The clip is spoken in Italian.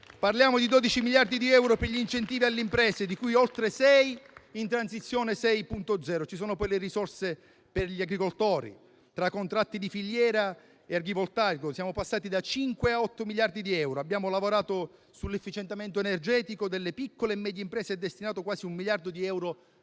Parliamo di 12 miliardi di euro per gli incentivi alle imprese, di cui oltre sei in Transizione 6.0. Ci sono poi le risorse per gli agricoltori: tra contratti di filiera e di voltaico siamo passati da 5 a 8 miliardi di euro, abbiamo lavorato sull'efficientamento energetico delle piccole e medie imprese e destinato quasi un miliardo di euro alla